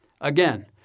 Again